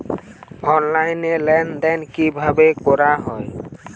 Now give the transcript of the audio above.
Online লেনদেন কিভাবে করা হয়?